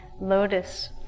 lotus